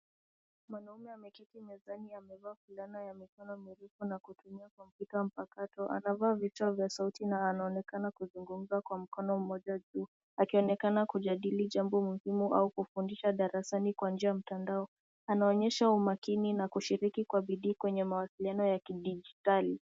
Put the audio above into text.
Mwanaume ameketi mezani amevaa fulana ya mikono mirefu na kutumia kompyuta mpakato. Anavaa vitoa sauti na anaonekana kuzungumza kwa mkono mmoja juu, akionekana kujadili jambo muhimu au kufundisha darasani kwa njia ya mtandao. Anaonyesha umakini na kushiriki kwa bidii kwenye mawasiliano ya kidijitali.